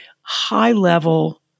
high-level